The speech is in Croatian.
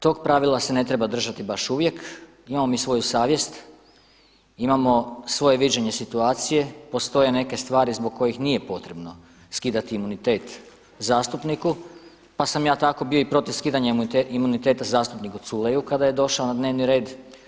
Tog pravila se ne treba držati baš uvijek, imamo mi svoju savjest, imamo svoje viđenje situacije, postoje neke stvari zbog kojih nije potrebno skidati imunitet zastupniku pa sam ja tako bio i protiv skidanja imuniteta zastupniku Culeju kada je došao na dnevni red.